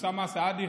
אוסאמה סעדי,